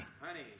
Honey